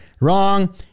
Wrong